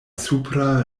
supra